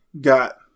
got